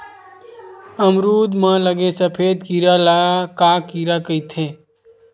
अमरूद म लगे सफेद कीरा ल का कीरा कइथे?